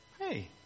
Hey